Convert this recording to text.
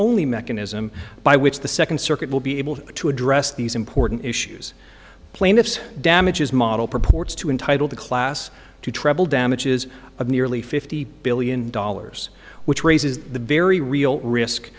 only mechanism by which the second circuit will be able to address these important issues plaintiff's damages model purports to entitle the class to treble damages of nearly fifty billion dollars which raises the very real risk